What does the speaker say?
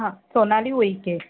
हां सोनाली उइके